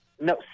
No